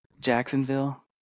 Jacksonville